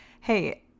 hey